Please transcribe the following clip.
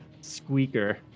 squeaker